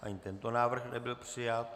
Ani tento návrh nebyl přijat.